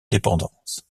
dépendance